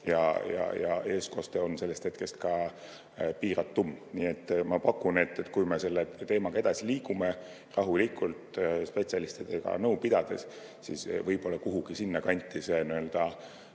eestkoste on sellest hetkest piiratum. Nii et ma pakun, et kui me selle teemaga edasi liigume – rahulikult, spetsialistidega nõu pidades –, siis võib-olla kuhugi sinnakanti see